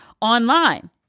online